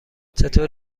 چطور